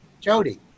Jody